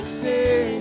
say